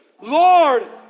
Lord